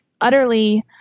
utterly